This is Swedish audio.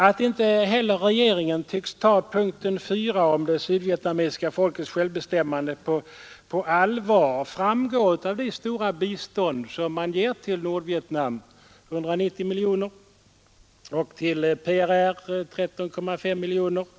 Att inte heller regeringen tycks ta punkten 4 om det sydvietnamesiska folkets självbestämmande på allvar, framgår av det stora bistånd som ges till Nordvietnam med 190 miljoner kronor och till PRR med 13,5 miljoner kronor.